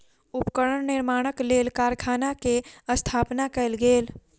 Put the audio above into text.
उपकरण निर्माणक लेल कारखाना के स्थापना कयल गेल